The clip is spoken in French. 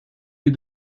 mes